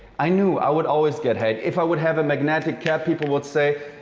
i knew i would always get hate. if i would have a magnetic cap, people would say,